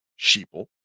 sheeple